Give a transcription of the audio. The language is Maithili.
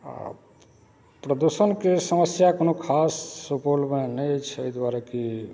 आओर प्रदुषणके समस्या कोनो खास सुपौलमे नहि छै एहि दुआरे कि